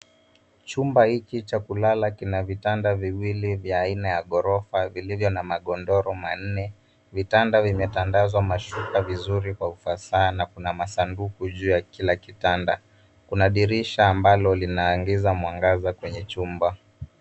Chumba hiki cha kulala kina vitanda viwili vya aina ya ghorofa vilivyo na magodoro manne. Vitanda vimetandazwa mashuka vizuri kwa ufasaha na kuna masanduku juu ya kila kitanda. Kuna dirisha ambalo linaingiza mwangaza kwenye chumba.